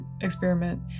experiment